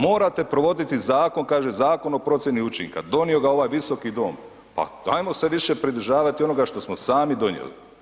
Morate provoditi zakon, kaže Zakon o procjeni učinka, donio ga ovaj visoki dom, pa ajmo se više pridržavati onoga što smo sami donijeli.